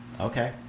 Okay